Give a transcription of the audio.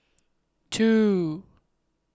two